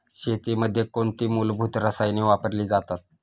शेतीमध्ये कोणती मूलभूत रसायने वापरली जातात?